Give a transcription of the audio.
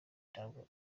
ntabwo